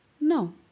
No